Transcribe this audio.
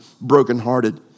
brokenhearted